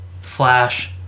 Flash